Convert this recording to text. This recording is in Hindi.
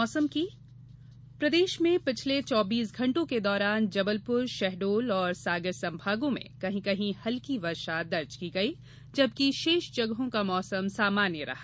मौसम प्रदेश में पिछले चौबीस घण्टों के दौरान जबलपुर शहडोल और सागर संभागों में कहीं कहीं हल्की वर्षा दर्ज की गई जबकि शेष जगहों का मौसम सामान्य रहा